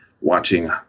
watching